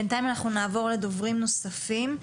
בינתיים אנחנו נעבור לדוברים נוספים,